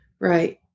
Right